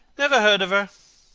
never heard of her.